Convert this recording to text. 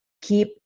Keep